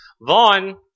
Vaughn